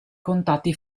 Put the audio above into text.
contatti